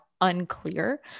unclear